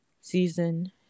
season